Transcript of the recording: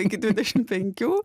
iki dvidešimt penkių